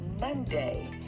Monday